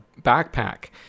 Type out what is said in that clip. backpack